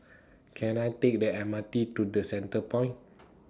Can I Take The M R T to The Centrepoint